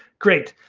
great.